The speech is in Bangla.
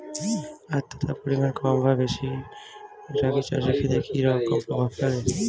আদ্রতার পরিমাণ কম বা বেশি রাগী চাষের ক্ষেত্রে কি রকম প্রভাব ফেলে?